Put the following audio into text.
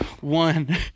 one